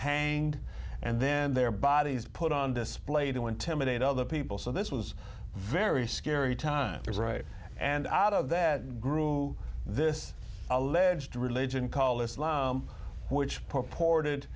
hanged and then their bodies put on display to intimidate other people so this was very scary time and out of that grew this alleged religion called islam which purported